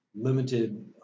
limited